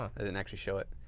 i didn't actually show it.